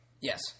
Yes